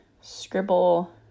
scribble